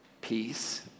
peace